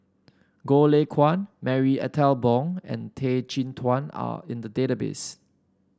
Goh Lay Kuan Marie Ethel Bong and Tan Chin Tuan are in the database